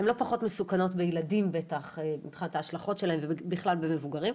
הן לא פחות מסוכנות בילדים מבחינת ההשלכות שלהן ובכלל במבוגרים.